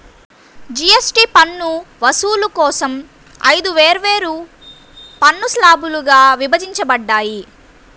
GST పన్ను వసూలు కోసం ఐదు వేర్వేరు పన్ను స్లాబ్లుగా విభజించబడ్డాయి